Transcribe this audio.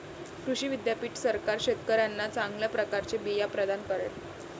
कृषी विद्यापीठ सरकार शेतकऱ्यांना चांगल्या प्रकारचे बिया प्रदान करेल